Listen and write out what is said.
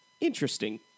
interesting